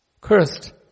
cursed